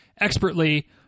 expertly